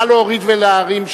נא להעלות ולהוריד,